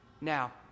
now